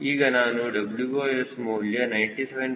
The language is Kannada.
ಈಗ ನಾನು WS ಮೌಲ್ಯ 97